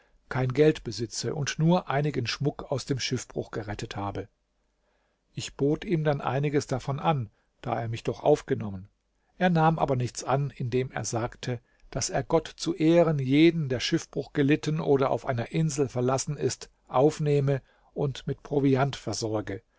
kein geld besitze und nur einigen schmuck aus dem schiffbruch gerettet habe ich bot ihm dann einiges davon an da er mich doch aufgenommen er nahm aber nichts an indem er sagte daß er gott zu ehren jeden der schiffbruch gelitten oder auf einer insel verlassen ist aufnehme und mit proviant versorge